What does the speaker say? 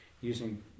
using